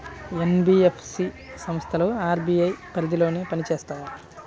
NBFC సంస్థలు RBI పరిధిలోనే పని చేస్తాయా?